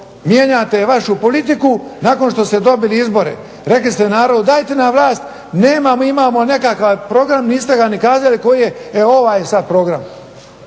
mijenjate vašu politiku nakon što ste dobili izbore. Rekli ste narodu dajte nam vlast. Nemamo, mi imamo nekakav program. Niste ga ni kazali koji je. E ovo vam je sad program